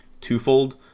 twofold